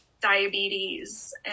diabetes